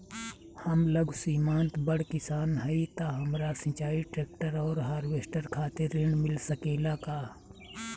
हम लघु सीमांत बड़ किसान हईं त हमरा सिंचाई ट्रेक्टर और हार्वेस्टर खातिर ऋण मिल सकेला का?